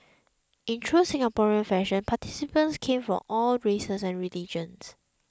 in true Singaporean fashion participants came from all races and religions